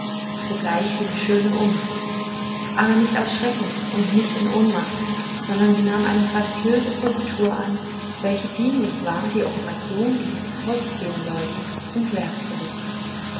sogleich fiel die schöne um aber nicht aus schrecken und nicht in ohnmacht sondern sie nahm eine graziöse positur an welche dienlich war die operation die jetzt vor sich gehen sollte ins werk zu richten